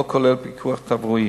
לא כולל פיקוח תברואי.